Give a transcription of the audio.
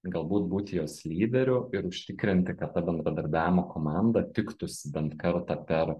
galbūt būti jos lyderiu ir užtikrinti kad ta bendradarbiavimo komanda tiktųsi bent kartą per